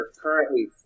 currently